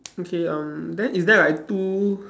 okay um then is there like two